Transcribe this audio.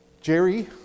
Jerry